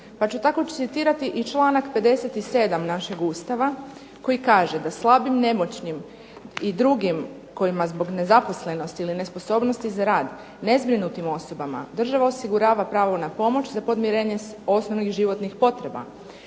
Pa ću tako citirati i članak 57. našeg Ustava koji kaže da slabim, nemoćnim i drugim kojima zbog nezaposlenosti ili nesposobnosti za rad, nezbrinutim osobama država osigurava pravo na pomoć za podmirenje osnovnih životnih potreba,